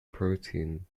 protein